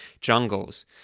jungles